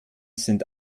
sind